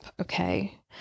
okay